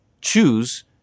choose